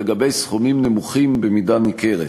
לגבי סכומים נמוכים במידה ניכרת.